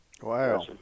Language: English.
Wow